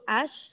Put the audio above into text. ash